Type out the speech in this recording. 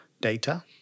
data